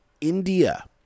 india